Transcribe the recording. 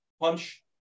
punch